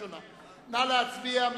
נא להצביע.